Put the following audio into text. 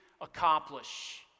accomplish